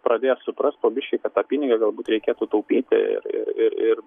pradės suprast po biškį kad tą pinigą galbūt reikėtų taupyti ir ir ir ir